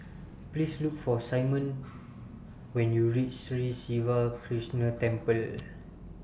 Please Look For Symone when YOU REACH Sri Siva Krishna Temple